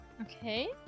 okay